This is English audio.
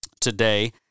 today